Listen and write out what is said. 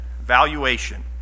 Valuation